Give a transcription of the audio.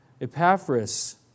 Epaphras